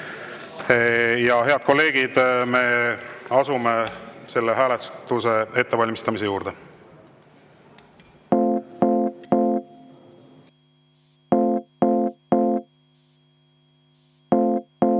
Head kolleegid, me asume selle hääletuse ettevalmistamise juurde.